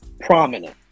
prominent